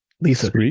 Lisa